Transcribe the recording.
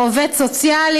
או עובד סוציאלי?